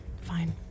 Fine